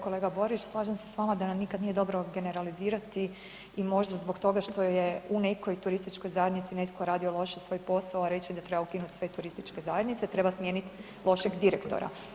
Kolega Borić slažem se s vama da nam nikad nije dobro generalizirati i možda zbog toga što je u nekoj turističkoj zajednici netko radio loše svoj posao, a reći da treba ukinuti sve turističke zajednice, treba smijeniti lošeg direktora.